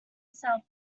sell